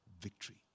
victory